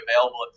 available